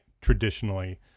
traditionally